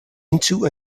into